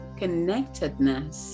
connectedness